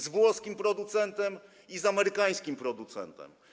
Z włoskim producentem i z amerykańskim producentem.